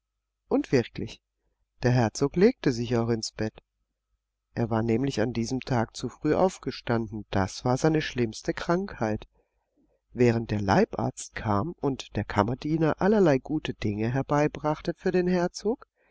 und wirklich der herzog legte sich auch ins bett er war nämlich an diesem tag zu früh aufgestanden das war seine schlimmste krankheit während der leibarzt kam und der kammerdiener allerlei gute dinge herbeibrachte für den herzog